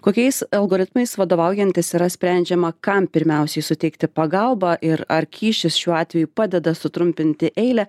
kokiais algoritmais vadovaujantis yra sprendžiama kam pirmiausiai suteikti pagalbą ir ar kyšis šiuo atveju padeda sutrumpinti eilę